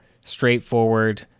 straightforward